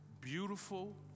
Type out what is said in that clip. beautiful